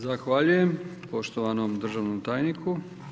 Zahvaljujem poštovanom državnom tajniku.